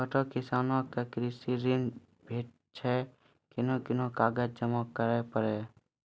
छोट किसानक कृषि ॠण भेटै छै? कून कून कागज जमा करे पड़े छै?